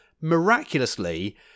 miraculously